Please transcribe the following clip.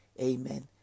Amen